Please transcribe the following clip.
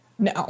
No